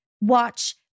watch